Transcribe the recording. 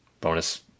bonus